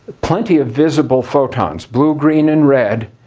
plenty of visible photons blue, green, and red.